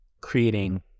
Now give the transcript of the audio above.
creating